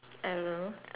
I don't know